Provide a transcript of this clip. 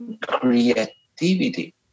creativity